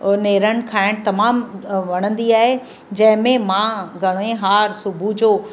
अ नेरनि खाइणु तमामु अ वणंदी आहे जंहिंमें मां घणो ई हार सुबुह जो